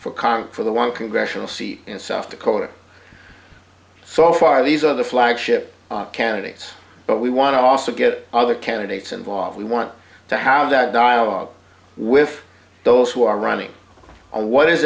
congress for the one congressional seat in south dakota so far these are the flagship candidates but we want to also get other candidates involved we want to have that dialogue with those who are running a what is